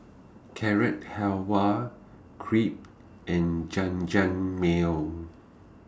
Carrot Halwa Crepe and Jajangmyeon